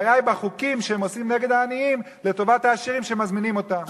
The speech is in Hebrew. הבעיה היא בחוקים שהם עושים נגד העניים לטובת העשירים שמזמינים אותם.